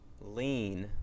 lean